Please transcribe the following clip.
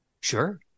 Sure